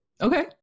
Okay